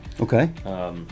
Okay